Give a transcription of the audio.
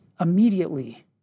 immediately